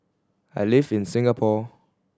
I live in Singapore